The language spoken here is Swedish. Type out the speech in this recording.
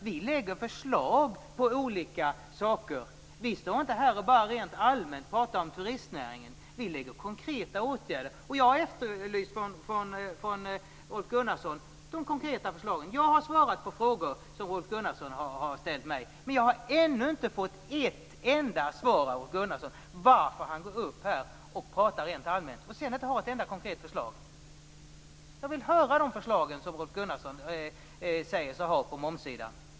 Vi lägger fram förslag om olika saker. Vi står inte här och pratar rent allmänt om turistnäringen. Vi talar om konkreta åtgärder. Jag efterlyser konkreta förslag från Rolf Gunnarsson. Jag har svarat på frågor som Rolf Gunnarsson har ställt till mig. Men jag har ännu inte fått ett enda svar av Rolf Gunnarsson på frågan om varför han går upp här och pratar rent allmänt. Han har inte ett enda konkret förslag. Jag vill höra de förslag som Rolf Gunnarsson säger sig ha på momssidan.